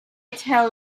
tell